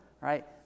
right